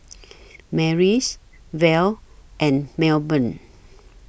Marlys Verl and Melbourne